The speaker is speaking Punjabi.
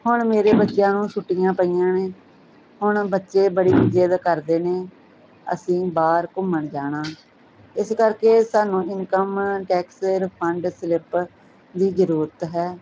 ਹੁਣ ਮੇਰੇ ਬੱਚਿਆਂ ਨੂੰ ਛੁੱਟੀਆਂ ਪਈਆਂ ਨੇ ਹੁਣ ਬੱਚੇ ਬੜੀ ਜਿਦ ਕਰਦੇ ਨੇ ਅਸੀਂ ਬਾਹਰ ਘੁੰਮਣ ਜਾਣਾ ਇਸ ਕਰਕੇ ਸਾਨੂੰ ਇਨਕਮ ਟੈਕਸ ਰਿਫੰਡ ਸਲਿਪ ਦੀ ਜਰੂਰਤ ਹੈ